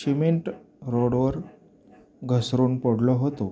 cement रोडवर घसरून पडलो होतो